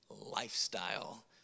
Lifestyle